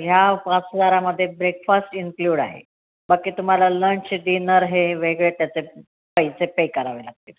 ह्या पाच हजारामध्ये ब्रेकफास्ट इन्क्ल्यूड आहे बाकी तुम्हाला लंच डिनर हे वेगळे त्याचे पैसे पे करावे लागतील